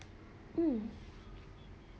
um